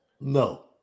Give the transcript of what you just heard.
no